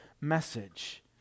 message